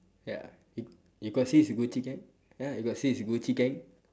ya you you got see his gucci gang ya you got see gucci gang